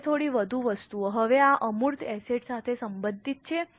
હવે થોડી વધુ વસ્તુઓ હવે આ અમૂર્ત એસેટ સાથે સંબંધિત છે